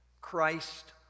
Christ